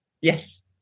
Yes